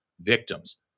victims